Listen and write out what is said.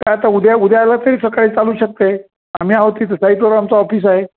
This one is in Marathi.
काय आता उद्या उद्याला तरी सकाळी चालू शकते आम्ही आहोत की साईटवर आमचं ऑफिस आहे